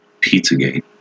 Pizzagate